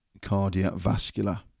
cardiovascular